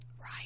right